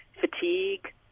Fatigue